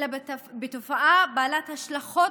אלא בתופעה בעלת השלכות,